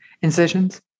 incisions